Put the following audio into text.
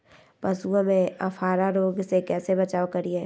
पशुओं में अफारा रोग से कैसे बचाव करिये?